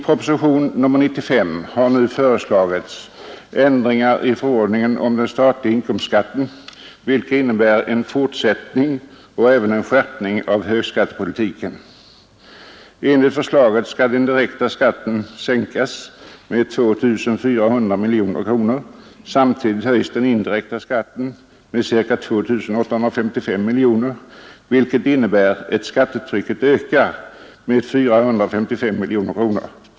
I propositionen 95 har nu föreslagits ändringar i förordningen om den statliga inkomstskatten, vilka innebär en fortsättning och även en skärpning av högskattepolitiken. Enligt förslaget skall den direkta skatten sänkas med 2 400 miljoner kronor. Samtidigt höjs den indirekta skatten med cirka 2 855 miljoner kronor, vilket innebär att skattetrycket ökar med 455 miljoner kronor.